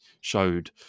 showed